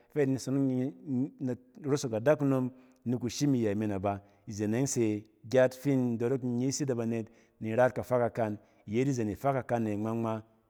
Izen e yɔng se gyat fi in dorok ni rosok adakunon ni kushim iyɛ min ba, izen e yɔng se gyat fi da dorok ni nyis yit ne banet, nin ras yit kafa kakam, iyet izen kafa kakan ne ngma ngma.